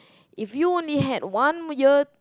if you only had one year